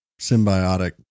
symbiotic